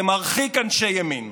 זה מרחיק אנשי ימין.